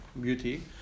beauty